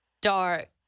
dark